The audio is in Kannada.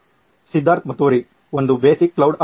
ಸಿದ್ಧಾರ್ಥ್ ಮತುರಿ ಒಂದು ಬೇಸಿಕ್ ಕ್ಲೌಡ್ ಆಗಿದೆ